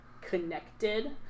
connected